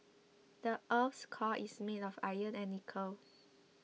the earth's core is made of iron and nickel